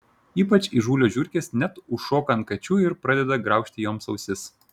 ypač įžūlios žiurkės net užšoka ant kačių ir pradeda graužti joms ausis